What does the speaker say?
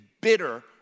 bitter